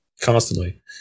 Constantly